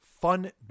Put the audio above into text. fun